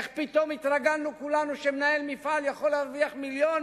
איך פתאום התרגלנו כולנו שמנהל מפעל יכול להרוויח מיליון,